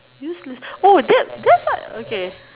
useless oh that that's like okay